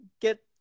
get